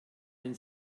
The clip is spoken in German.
den